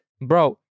Bro